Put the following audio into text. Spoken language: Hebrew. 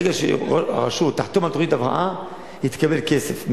ברגע שהרשות תחתום על תוכנית הבראה היא תקבל כסף.